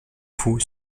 fou